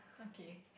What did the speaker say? okay